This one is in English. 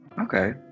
Okay